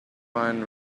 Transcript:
wine